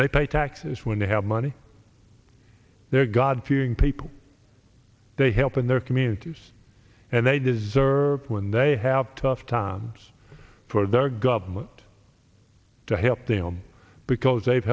they pay taxes when they have money their god fearing people they help in their communities and they deserve when they have tough times for their government help them because they've